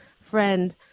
friend